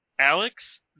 Alex